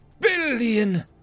Billion